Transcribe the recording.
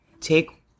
Take